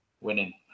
Winning